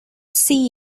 see